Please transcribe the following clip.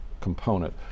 component